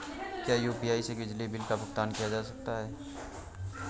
क्या यू.पी.आई से बिजली बिल का भुगतान किया जा सकता है?